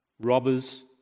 robbers